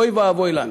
אוי ואבוי לנו.